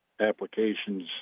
applications